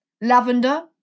lavender